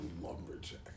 Lumberjack